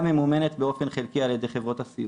ממומנת באופן חלקי על ידי חברות הסיעוד.